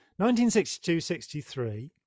1962-63